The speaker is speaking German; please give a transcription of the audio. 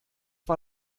war